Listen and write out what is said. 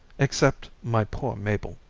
except my poor mabel,